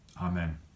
Amen